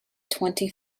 twenty